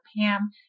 Pam